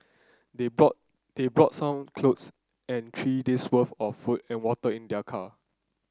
they brought they brought some clothes and three days worth of food and water in their car